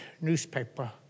newspaper